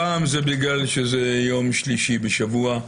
הפעם זה בגלל שזה יום שלישי בשבוע,